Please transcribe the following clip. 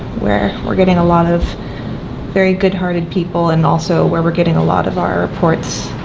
where we're getting a lot of very good-hearted people, and also where we're getting a lot of our reports